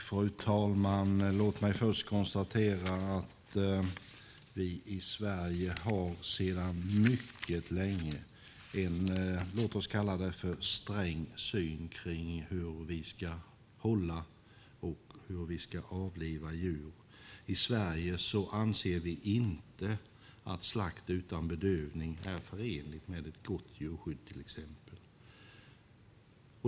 Fru talman! Låt mig först konstatera att vi i Sverige har sedan mycket länge en låt oss kalla det för sträng syn på hur vi ska hålla och hur vi ska avliva djur. I Sverige anser vi att slakt utan bedövning inte är förenligt med ett gott djurskydd, till exempel.